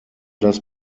das